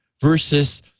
versus